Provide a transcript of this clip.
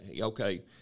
okay